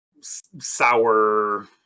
sour